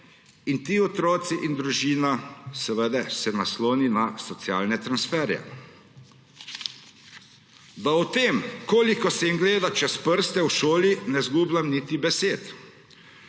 in ti otroci in družina se seveda naslonijo na socialne transferje. Da o tem, koliko se jim gleda skozi prste v šoli, niti ne izgubljam besed.